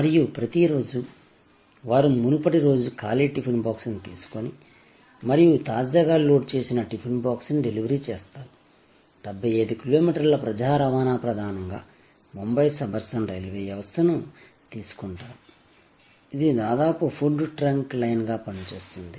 మరియు ప్రతిరోజూ వారు మునుపటి రోజు ఖాళీ టిఫిన్ బాక్స్ను తీసుకొని మరియు తాజాగా లోడ్ చేసిన టిఫిన్ బాక్స్ ని డెలివరీ చేస్తారు 75 కిలోమీటర్ల ప్రజా రవాణా ప్రధానంగా బొంబాయి సబర్బన్ రైల్వే వ్యవస్థను తీసుకుంటారు ఇది దాదాపు ఫుడ్ ట్రంక్ లైన్గా పనిచేస్తుంది